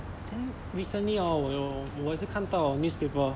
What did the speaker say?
then recently orh 我有我也是看到 newspaper